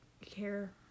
care